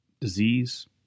Disease